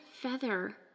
feather